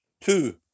Two